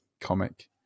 comic